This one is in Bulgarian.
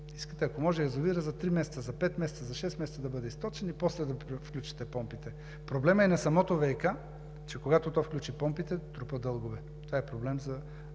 Искате, ако може, язовирът за три месеца, за пет месеца, за шест месеца да бъде източен и после да включите помпите. Проблемът е на самото ВиК, че когато то включи помпите, трупа дългове. Това е проблем за